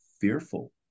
fearful